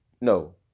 no